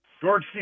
George